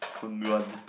Kong-Guan